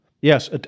Yes